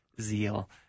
zeal